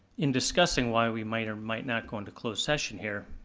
in discussing why we might or might not go into closed session here.